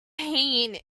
pain